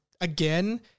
again